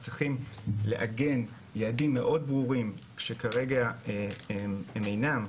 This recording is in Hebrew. אנחנו צריכים לעגן יעדים מאוד ברורים שכרגע הם אינם,